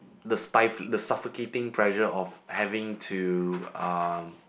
the stiflin~ the suffocating pressure of having to